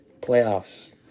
playoffs